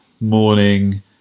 morning